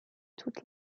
toute